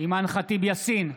אימאן ח'טיב יאסין,